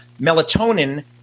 melatonin